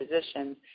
positions